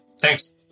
Thanks